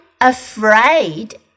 afraid